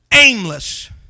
aimless